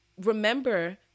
Remember